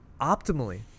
optimally